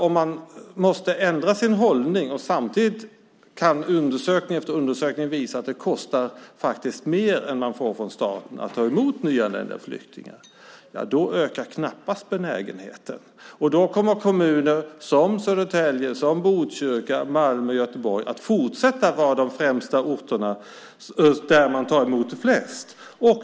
Om man måste ändra sin hållning samtidigt som undersökning efter undersökning visar att det kostar mer än vad man får från staten att ta emot nyanlända flyktingar ökar knappast benägenheten. Då kommer kommuner som Södertälje, Botkyrka, Malmö och Göteborg att fortsätta att vara de orter där man tar emot flest.